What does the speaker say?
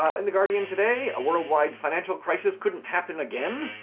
and the guardian today a worldwide financial crisis couldn't happen again,